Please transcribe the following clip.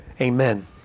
Amen